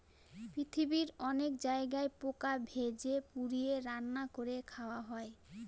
পৃথিবীর অনেক জায়গায় পোকা ভেজে, পুড়িয়ে, রান্না করে খাওয়া হয়